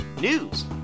news